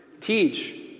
teach